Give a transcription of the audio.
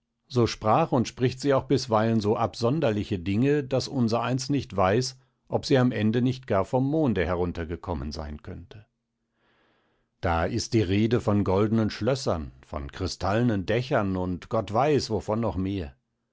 so sprach und spricht sie auch bisweilen so absonderliche dinge daß unsereins nicht weiß ob sie am ende nicht gar vom monde heruntergekommen sein könnte da ist die rede von goldnen schlössern von kristallnen dächern und gott weiß wovon noch mehr